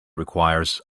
requires